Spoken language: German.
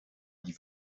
die